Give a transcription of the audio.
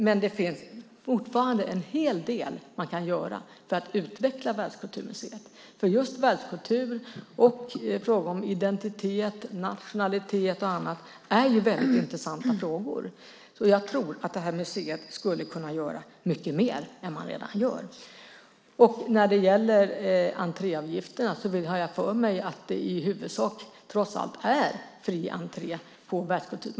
Men det finns fortfarande en hel del som man kan göra för att utveckla Världskulturmuseet. Just världskultur och frågor om identitet, nationalitet och annat är väldigt intressanta frågor. Jag tror därför att detta museum skulle kunna göra mycket mer än man redan gör. När det gäller entréavgifterna har jag för mig att det i huvudsak trots allt är fri entré till Världskulturmuseet.